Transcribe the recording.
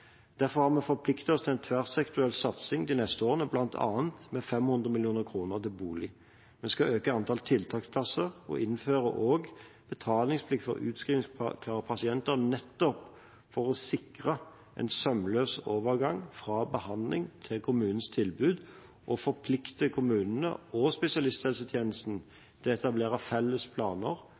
Derfor har vi forpliktet oss til en tverrsektoriell satsing de neste årene bl.a. med 500 mill. kr til bolig. Vi skal øke antallet tiltaksplasser, og vi innfører også betalingsplikt for utskrivningsklare pasienter nettopp for å sikre en sømløs overgang fra behandling til kommunens tilbud som forplikter kommunene og spesialisthelsetjenesten til å etablere felles planer